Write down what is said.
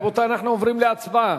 רבותי, אנחנו עוברים להצבעה,